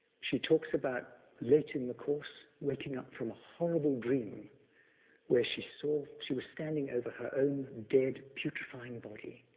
she talks about late in the course waking up from a horrible dream where she saw she was standing over her own dead putrefying body,